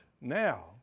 Now